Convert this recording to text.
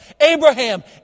Abraham